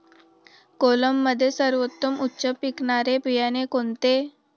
कोलममध्ये सर्वोत्तम उच्च पिकणारे बियाणे कोणते?